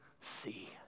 see